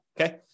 Okay